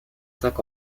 cinq